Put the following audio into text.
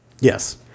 Yes